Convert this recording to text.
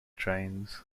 trains